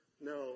No